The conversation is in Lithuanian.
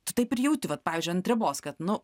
tu taip ir jauti vat pavyzdžiui ant ribos kad nu